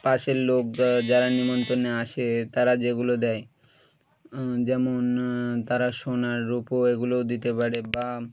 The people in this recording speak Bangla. পাশের লোক যারা নিমন্তন্ণে আসে তারা যেগুলো দেয় যেমন তারা সোনার রোপও এগুলোও দিতে পারে বা